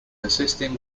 assisting